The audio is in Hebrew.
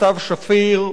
סתיו שפיר,